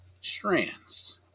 strands